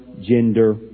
gender